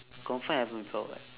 confirm have before [what]